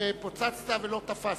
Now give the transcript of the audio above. פוצצת ולא תפסנו,